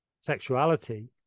sexuality